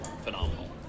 phenomenal